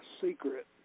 secret